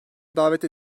davet